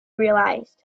realized